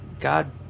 God